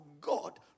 God